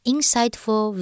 Insightful